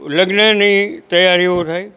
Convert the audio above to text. લગ્નની તૈયારીઓ થાય